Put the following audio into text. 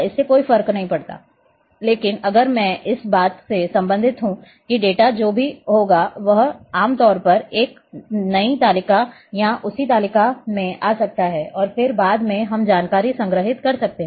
इससे कोई फर्क नहीं पड़ता लेकिन अगर मैं इस बात से संबंधित हूं कि डेटा जो भी होगा वह आम तौर पर एक नई तालिका या उसी तालिका में आ सकता है और फिर बाद में हम जानकारी संग्रहीत कर सकते हैं